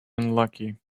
unlucky